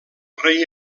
rei